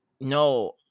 No